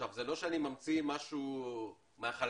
זה לא שאני ממציא משהו מהחלל.